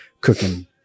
cooking